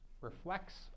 reflects